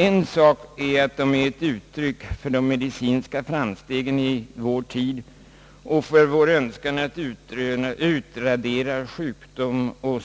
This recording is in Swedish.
En sak är att de är ett uttryck för de medicinska framstegen i vår tid och för vår önskan att utradera av sjukdom och